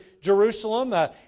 Jerusalem